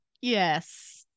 Yes